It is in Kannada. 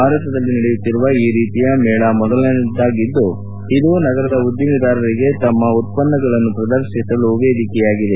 ಭಾರತದಲ್ಲಿ ನಡೆಯುತ್ತಿರುವ ಈ ರೀತಿಯ ಮೇಳ ಮೊದಲನೆಯದ್ದಾಗಿದ್ದು ಇದು ನಗರದ ಉದ್ದಿಮೆದಾರರಿಗೆ ತಮ್ಮ ಉತ್ಪನ್ನಗಳನ್ನು ಪ್ರದರ್ಶಿಸಲು ಒಂದು ವೇದಿಕೆಯಾಗಿದೆ